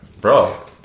Bro